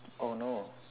oh no